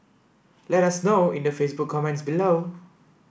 let us know in the Facebook comments below